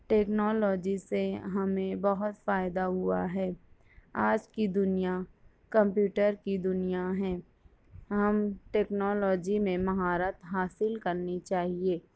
technology سے ہمیں بہت فائدہ ہوا ہے آج کی دنیا کمپیوٹر کی دنیا ہیں ہم ٹیکنالوجی میں مہارت حاصل کرنی چاہییے